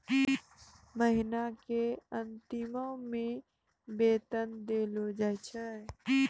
महिना के अंतिमो मे वेतन देलो जाय छै